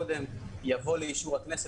יבוא לאישור הכנסת,